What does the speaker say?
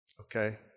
Okay